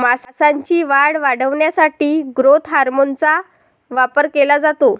मांसाची वाढ वाढवण्यासाठी ग्रोथ हार्मोनचा वापर केला जातो